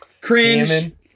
Cringe